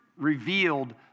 Revealed